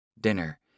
dinner